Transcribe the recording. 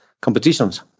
competitions